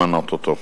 למנות אותו.